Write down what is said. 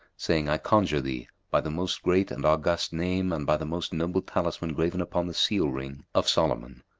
saying, i conjure thee by the most great and august name and by the most noble talisman graven upon the seal-ring of solomon,